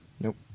Nope